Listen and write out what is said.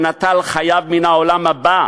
ונטל חייו מן העולם הבא,